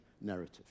narrative